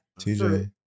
TJ